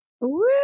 Woo